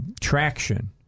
traction